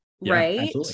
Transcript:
Right